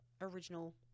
original